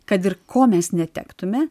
kad ir ko mes netektume